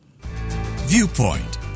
Viewpoint